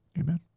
Amen